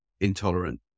intolerant